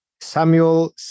Samuel